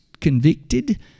convicted